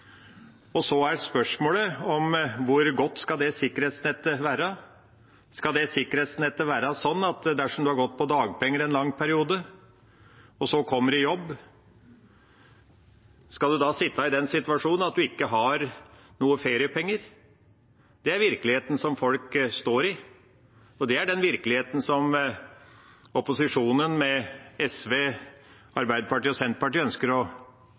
Så er spørsmålet: Hvor godt skal det sikkerhetsnettet være? Skal sikkerhetsnettet være sånn at dersom man har gått på dagpenger en lang periode og så kommer i jobb, skal man sitte i den situasjon at man ikke har feriepenger? Det er virkeligheten folk står i, og det er den virkeligheten opposisjonen, med SV, Arbeiderpartiet og Senterpartiet, ønsker